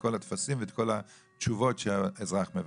כל הטפסים ואת כל התשובות שהאזרח מבקש.